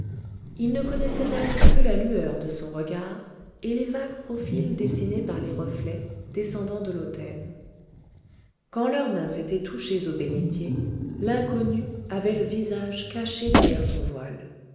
il ne connaissait d'elle que la lueur de son regard et les vagues profils dessinés par les reflets descendant de l'autel quand leurs mains s'étaient touchées au bénitier l'inconnue avait le visage caché derrière son voile